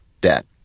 debt